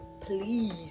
Please